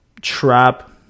trap